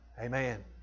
Amen